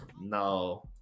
no